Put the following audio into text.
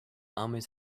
armies